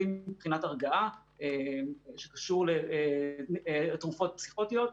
מבחינת הרגעה שקשור לתרופות פסיכוטיות.